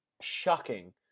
shocking